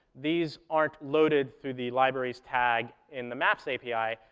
these aren't loaded through the libraries tag in the maps api,